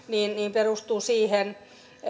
perustuu siihen